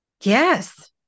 yes